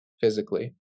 physically